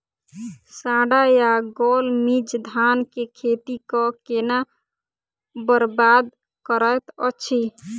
साढ़ा या गौल मीज धान केँ खेती कऽ केना बरबाद करैत अछि?